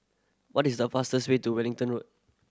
what is the fastest way to Wellington Road